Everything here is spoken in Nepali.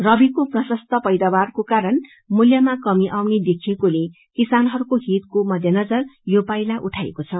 रवीको प्रशस्त पैदावारको कारण मूल्यमा कमी आउने देखिएकोले किसानहरूको हितको मध्यजर यो पाइला उठाइएको छ